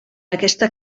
aquesta